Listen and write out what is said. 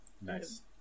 nice